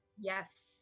Yes